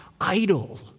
idle